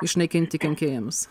išnaikinti kenkėjams